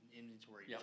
inventory